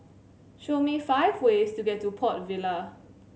show me five ways to get to Port Vila